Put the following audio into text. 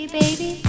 baby